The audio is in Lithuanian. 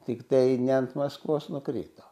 tiktai ne ant maskvos nukrito